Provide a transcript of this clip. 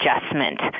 adjustment